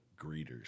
greeters